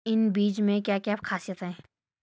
इन बीज में क्या क्या ख़ासियत है?